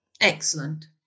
Excellent